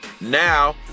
now